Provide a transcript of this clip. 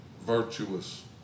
virtuous